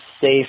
safe